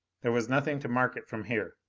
there was nothing to mark it from here.